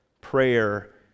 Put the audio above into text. Prayer